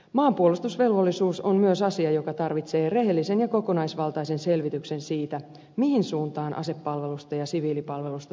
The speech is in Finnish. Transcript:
maanpuolustusvelvollisuus on myös asia joka tarvitsee rehellisen ja kokonaisvaltaisen selvityksen siitä mihin suuntaan asepalvelusta ja siviilipalvelusta tulee kehittää